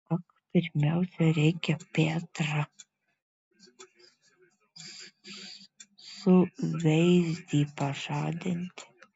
ak pirmiausia reikia petrą suveizdį pažadinti